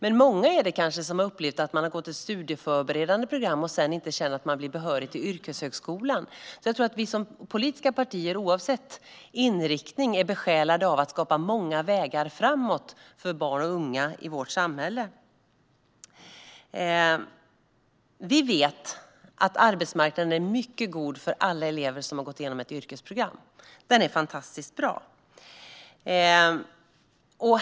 Det är kanske många som har gått ett studieförberedande program och sedan inte blivit behörig till yrkeshögskolan. Vi som politiska partier oavsett inriktning är nog besjälade av att skapa många vägar framåt för barn och unga i vårt samhälle. Arbetsmarknaden för alla elever som har gått igenom ett yrkesprogram är mycket god.